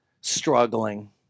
struggling